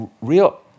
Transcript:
real